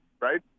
Right